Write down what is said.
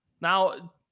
now